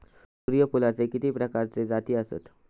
सूर्यफूलाचे किती प्रकारचे जाती आसत?